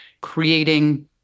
creating